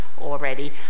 already